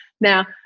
Now